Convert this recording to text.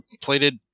plated